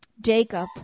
Jacob